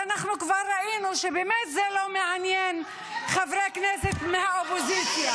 אנחנו כבר ראינו שזה באמת לא מעניין חברי כנסת מהאופוזיציה.